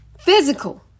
Physical